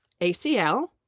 ACL